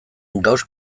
gauss